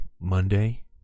Monday